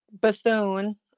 Bethune